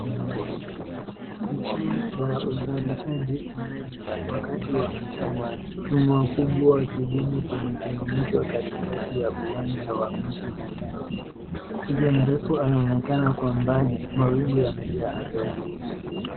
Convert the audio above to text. Kituo cha uzalishaji umeme wakati wa mchana chuma kubwa ya kudumu imesimamishwa katikati ya uwanja wa miti na nyasi, Twiga mrefu anaonekana kwa mbali, mawingu yamejaa angani.